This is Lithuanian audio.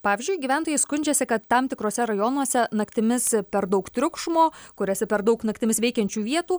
pavyzdžiui gyventojai skundžiasi kad tam tikruose rajonuose naktimis per daug triukšmo kuriuose per daug naktimis veikiančių vietų